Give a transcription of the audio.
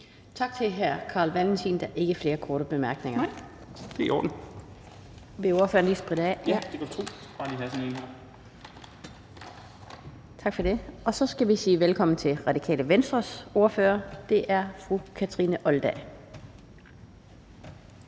Tak til hr. Carl Valentin. Der er ikke flere korte bemærkninger. Vil ordføreren lige spritte af? (Carl Valentin (SF): Ja, det kan du tro). Tak for det. Så skal vi sige velkommen til Radikale Venstres ordfører, og det er fru Kathrine Olldag.